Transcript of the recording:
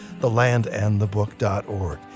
thelandandthebook.org